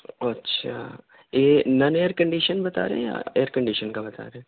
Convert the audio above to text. اچھا یہ نن ائیرکنڈیشن بتا رہے ہیں یا ائیرکنڈیشن کا بتا رہے ہیں